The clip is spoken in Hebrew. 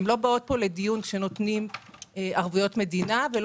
הן לא באות לכאן לדיון פרטני כשנותנים ערבויות מדינה או